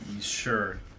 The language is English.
Sure